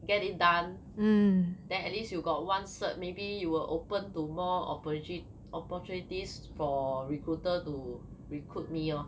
get it done then at least you got one cert maybe you will open to more opportuni~ opportunities for recruiter to recruit me lor